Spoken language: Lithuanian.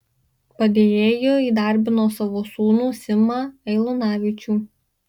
padėjėju įdarbino savo sūnų simą eilunavičių